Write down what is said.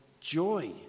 joy